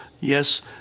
yes